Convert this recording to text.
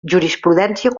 jurisprudència